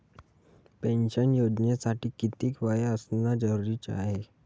Pension योजनेसाठी कितीक वय असनं जरुरीच हाय?